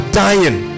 dying